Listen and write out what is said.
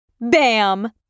Bam